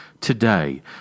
Today